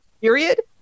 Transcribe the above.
period